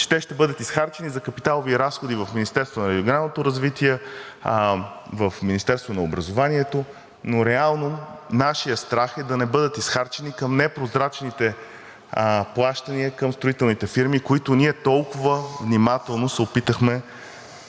че те ще бъдат изхарчени за капиталови разходи в Министерството на регионалното развитие, в Министерството на образованието, но реално нашият страх е да не бъдат изхарчени към непрозрачните плащания към строителните фирми, които ние толкова внимателно се опитахме